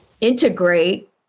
integrate